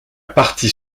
partie